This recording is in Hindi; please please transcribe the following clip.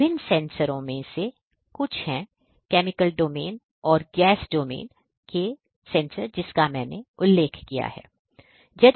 इन विभिन्न सेंसरों में से कुछ हैं केमिकल डोमेन और गैस डोमेन जिसका मैंने उल्लेख किया है